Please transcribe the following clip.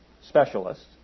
Specialists